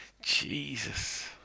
Jesus